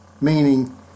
meaning